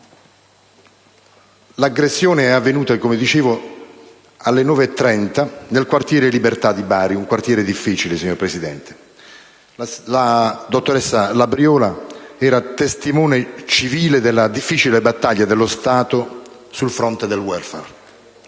L'aggressione è avvenuta, come dicevo alle ore 9,30 nel quartiere Libertà di Bari: un quartiere difficile, signor Presidente. La dottoressa Labriola era testimone civile della difficile battaglia dello Stato sul fronte del *welfare*.